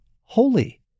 holy